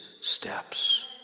steps